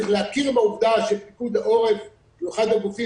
צריך להכיר בעובדה שפיקוד העורף הוא אחד הגופים